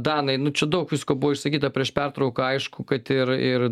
danai nu čia daug visko buvo išsakyta prieš pertrauką aišku kad ir ir